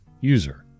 User